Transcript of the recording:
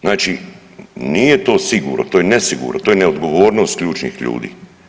Znači nije to sigurno to je nesigurno, to je neodgovornost ključnih ljudi.